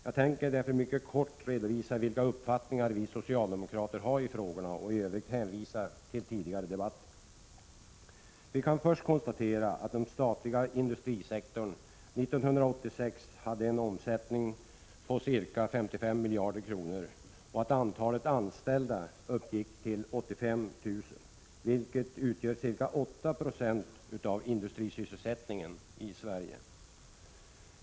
Jag tänker därför mycket kort redovisa vilka uppfattningar vi socialdemokrater har i frågorna och i övrigt hänvisa till tidigare debatter. Vi kan först konstatera att den statliga industrisektorn 1986 hade en omsättning på ca 55 miljarder kronor och att antalet anställda uppgick till ca 85 000, vilket utgör ca 8 70 av industrisysselsättningen i Sverige.